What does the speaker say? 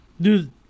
Dude